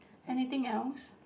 anything else